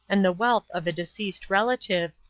and the wealth of a deceased relative,